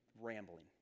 rambling